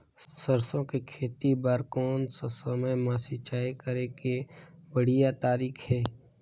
सरसो के खेती बार कोन सा समय मां सिंचाई करे के बढ़िया तारीक हे?